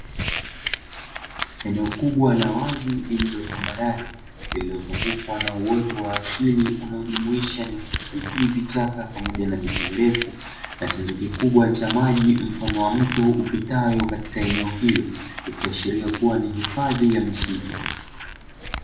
Eneo kubwa la wazi lililo tambarare lililozungukwa na Uoto wa asili unaojumuisha nyasi fupi vichaka pamoja na miti virefu na chanzo kikubwa cha maji mfano wa mto upitayo katika eneo hilo ikiashiria kuwa ni hifadhi ya misitu.